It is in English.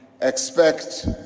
expect